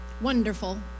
wonderful